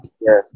Yes